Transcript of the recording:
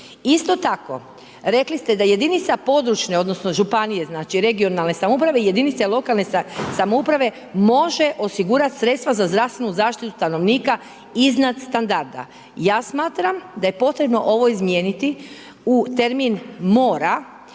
Isto tako rekli ste da jedinica područne odnosno županije znači regionalne samouprave jedinice lokalne samouprave može osigurati sredstva za zdravstvenu zaštitu stanovnika iznad standarda. Ja smatram da je potrebno ovo izmijeniti u termin „mora“